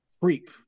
creep